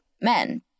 men